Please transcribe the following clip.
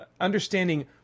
understanding